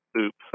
oops